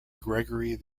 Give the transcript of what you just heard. gregory